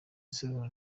isiganwa